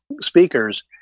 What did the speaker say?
speakers